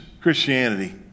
Christianity